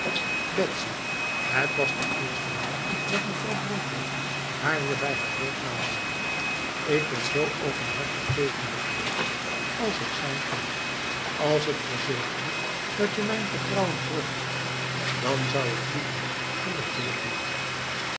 het was de eerste maal dat mevrouw bronkhorst haar weer bij haar doopnaam noemde ik ben zo openhartig tegen je geweest als ik zijn kon als ik verzekerde datje mijn vertrouwen terughad dan zou ik liegen en dat wil ik niet